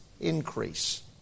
increase